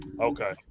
Okay